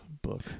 book